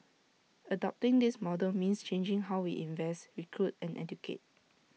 adopting this model means changing how we invest recruit and educate